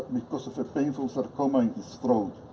because of a painful sarcoma in his throat.